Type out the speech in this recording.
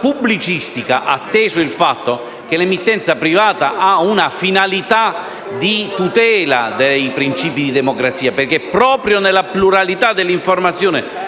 pubblicistica, atteso il fatto che l'emittenza privata ha una finalità di tutela dei principi di democrazia. Proprio nella pluralità dell'informazione,